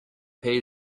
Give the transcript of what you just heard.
pay